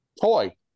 toy